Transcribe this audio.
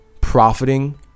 profiting